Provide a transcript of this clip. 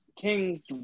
kings